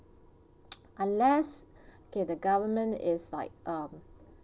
unless okay the government is like um um